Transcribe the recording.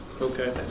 Okay